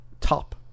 Top